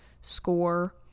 score